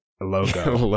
logo